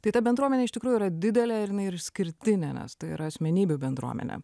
tai ta bendruomenė iš tikrųjų yra didelė ir jinai ir išskirtinė nes tai yra asmenybių bendruomenė